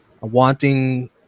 wanting